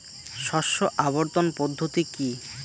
শস্য আবর্তন পদ্ধতি কি?